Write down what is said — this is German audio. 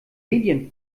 medien